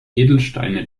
edelsteine